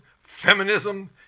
feminism